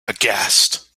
aghast